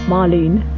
Marlene